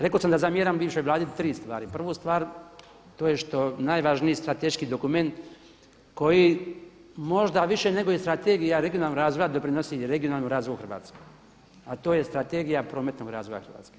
Rekao sam da zamjeram bivšoj Vladi tri stvari, prvu stvar to je što najvažniji strateški dokument koji možda više nego i strategija regionalnog razvoja doprinosi i regionalnom razvoju Hrvatske a to je Strategija prometnog razvoja Hrvatske.